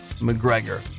McGregor